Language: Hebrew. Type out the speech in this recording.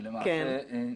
למעשה,